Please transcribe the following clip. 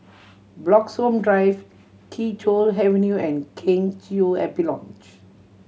Bloxhome Drive Kee Choe Avenue and Kheng Chiu Happy Lodge